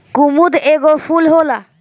कुमुद एगो फूल होला